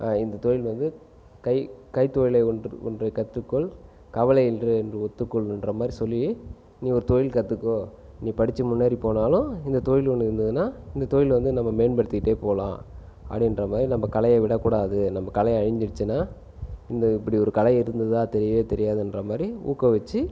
இந்த தொழிலில் வந்து கை கைத்தொழிலை ஒன்றை கற்றுக்கொள் கவலை என்ற ஒன்றை ஒத்துக்கொள் என்ற மாதிரி சொல்லி நீ ஒரு தொழிலை கற்றுக்கோ நீ படித்து முன்னேறி போனாலும் இந்த தொழில் ஒன்று இருந்ததுனால் இந்த தொழிலை வந்து நம்ம மேம்படுத்திக்கிட்டே போகலாம் அப்படின்றமாதிரி நம்ம கலையை விடக்கூடாது நம்ம கலை அழிஞ்சுடுச்சினா இந்த இப்படி ஒரு கலை இருந்துதான் தெரியவே தெரியாதுங்ற மாதிரி ஊக்குவித்து